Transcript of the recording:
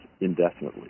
indefinitely